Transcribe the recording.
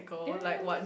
ya I mean